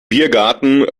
biergarten